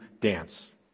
dance